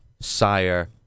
Sire